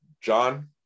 John